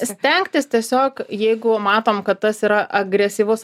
stengtis tiesiog jeigu matom kad tas yra agresyvus